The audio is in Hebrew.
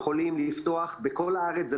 יכולים לפתוח בכל הארץ,